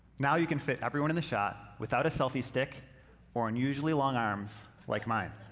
now you can fit everyone in the shot without a selfie stick or unusually long arms like mine.